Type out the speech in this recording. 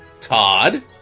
Todd